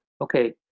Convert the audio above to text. Okay